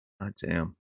Goddamn